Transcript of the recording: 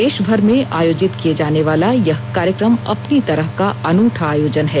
देश भर में आयोजित किये जाने वाला यह कार्यक्रम अपनी तरह का अनूठा आयोजन है